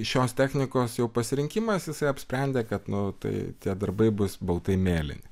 šios technikos jau pasirinkimas jisai apsprendė kad nu tai tie darbai bus baltai mėlyni